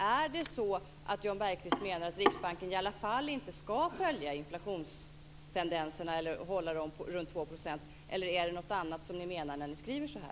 Är det så att Jan Bergqvist och socialdemokraterna menar att Riksbanken i alla fall inte skall följa inflationstendenserna eller hålla dem runt 2 %, eller är det något annat som ni menar när ni skriver så här?